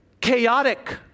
chaotic